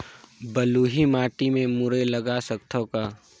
बलुही माटी मे मुरई लगा सकथव का?